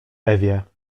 ewie